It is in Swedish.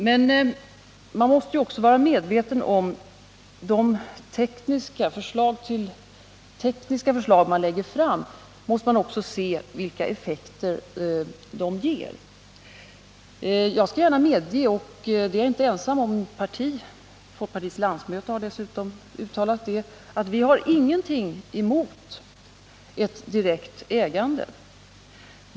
Men man måste också se vilka effekter de tekniska förslag som läggs fram ger. Jag skall gärna medge, och det är jag inte ensam om i mitt parti — folkpartiets landsmöte har dessutom uttalat sig för det —-att jag inte har någonting emot ett direkt ägande.